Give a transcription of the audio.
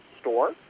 store